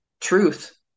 truth